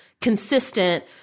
consistent